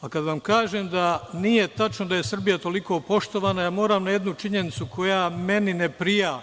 a kada vam kažem da nije tačno da je Srbija toliko poštovana, ja moram na jednu činjenicu koja meni ne prija…